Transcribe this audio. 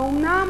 האומנם